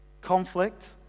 Conflict